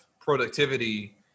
productivity